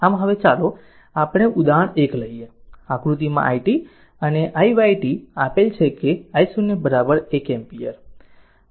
આમ હવે ચાલો આપણે 1 ઉદાહરણ લઈએ આ આકૃતિમાં i t અને i y t આપેલ છે કે I0 1 એમ્પીયર